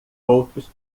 outros